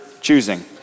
choosing